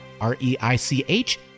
R-E-I-C-H